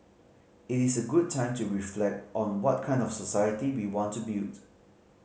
it is a good time to reflect on what kind of society we want to build